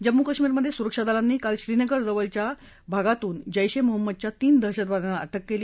जम्मू काश्मीरमध्य सुरिक्षादलांनी काल श्रीनगर जवळच्या भागातून जैश ए मोहम्मदच्या तीन दहशतवाद्यांना अटक कली